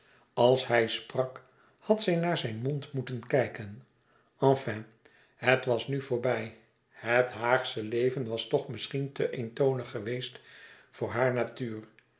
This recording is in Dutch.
als hij sprak had zij naar zijn mond moeten kijken enfin het was nu voorbij het haagsche leven was toch misschien te eentonig geweest voor hare natuur